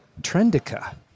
Trendica